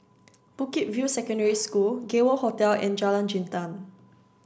Bukit View Secondary School Gay World Hotel and Jalan Jintan